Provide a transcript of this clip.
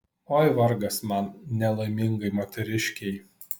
oi vargas man nelaimingai moteriškei